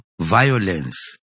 violence